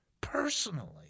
personally